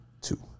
two